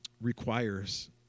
requires